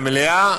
למליאה,